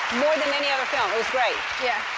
more than any other film, it was great. yeah.